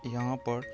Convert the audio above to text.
यहाँपर